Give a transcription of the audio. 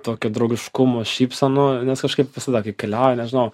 tokio draugiškumo šypsenų nes kažkaip visada kai keliauju nežinau